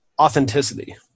Authenticity